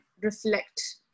reflect